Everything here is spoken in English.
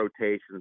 rotations